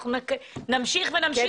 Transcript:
אנחנו נמשיך ונמשיך,